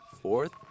Fourth